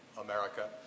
America